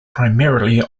primarily